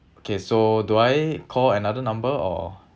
okay so do I call another number or